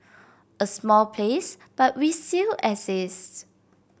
a small place but we still exist